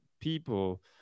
people